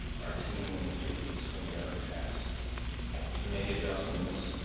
our team and particularly swone i architects to make adjustments